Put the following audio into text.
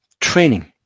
training